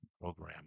program